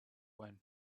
when